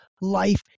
life